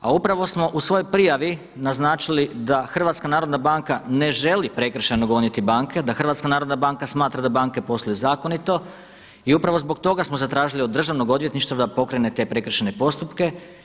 A upravo smo u svojoj prijavili naznačili da HNB ne želi prekršajno goniti banke, da HNB smatra da banke posluju zakonito i upravo zbog toga smo zatražili od Državnog odvjetništva da pokrene te prekršajne postupke.